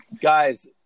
Guys